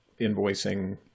invoicing